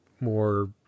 more